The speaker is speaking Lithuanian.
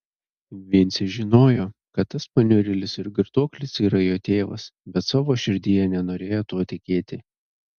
vincė žinojo kad tas paniurėlis ir girtuoklis yra jo tėvas bet savo širdyje nenorėjo tuo tikėti